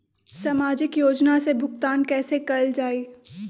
सामाजिक योजना से भुगतान कैसे कयल जाई?